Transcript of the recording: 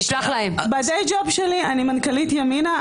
אני עובדת בתור מנכ"לית ימינה,